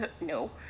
no